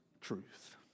truth